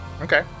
Okay